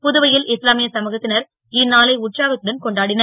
புதுவை ல் இஸ்லாமிய சமுகத் னர் இந்நாளை உற்சாகத்துடன் கொண்டாடினர்